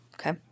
Okay